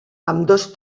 ambdós